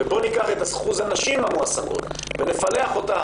ובואו ניקח את אחוז הנשים המועסקות ונפלח אותו,